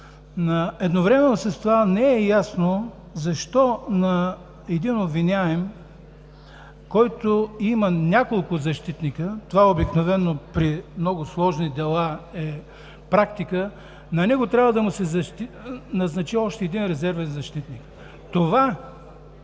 Едновременно с това не е ясно защо на един обвиняем, който има няколко защитника – това обикновено е практика при много сложни дела, на него трябва да му се назначи още един резервен защитник. Това,